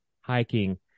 hiking